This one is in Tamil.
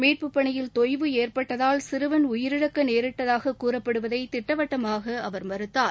மீட்புப் பணியில் தொய்வு ஏற்பட்டதால் சிறுவள் உயிரிழக்க நேரிட்டதாக கூறப்படுவதை திட்டவட்டமாக அவர் மறுத்தார்